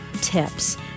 tips